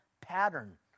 pattern